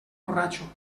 borratxo